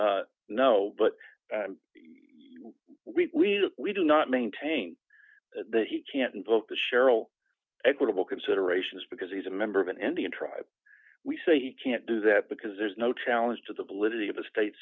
available no but we we do not maintain that he can't invoke the cheryl equitable considerations because he's a member of an indian tribe we say he can't do that because there's no challenge to the validity of a state